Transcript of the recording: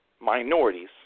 minorities